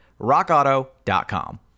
RockAuto.com